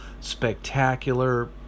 spectacular